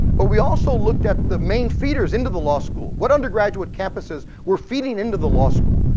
but we also looked at the main feeders into the law school. what undergraduate campuses were feeding into the law school?